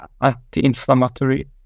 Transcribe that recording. anti-inflammatory